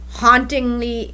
hauntingly